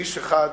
כאיש אחד